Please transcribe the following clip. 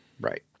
Right